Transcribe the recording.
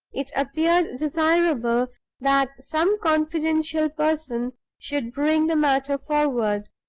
it appeared desirable that some confidential person should bring the matter forward.